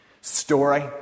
Story